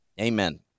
Amen